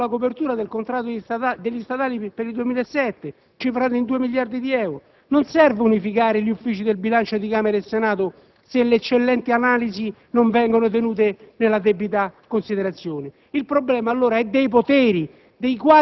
Manca la copertura del contratto degli statali per il 2007, cifrata in 2 miliardi di euro. Non serve unificare gli Uffici del bilancio di Camera e Senato se le eccellenti analisi non vengono tenute nella debita considerazione. II problema, allora, è dei poteri,